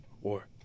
war